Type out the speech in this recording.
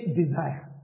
desire